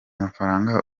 mafaranga